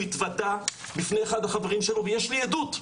התוודא בפני אחד החברים שלו ויש לי עדות,